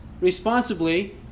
responsibly